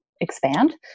expand